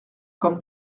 comme